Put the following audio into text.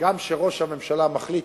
גם כשראש הממשלה מחליט,